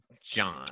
John